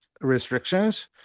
restrictions